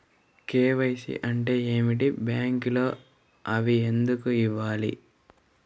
KYC అంటే ఏమిటి? బ్యాంకులో అవి ఎందుకు ఇవ్వాలి?